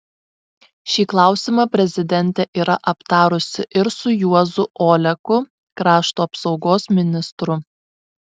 šį klausimą prezidentė yra aptarusi ir su juozu oleku krašto apsaugos ministru